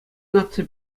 наци